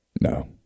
No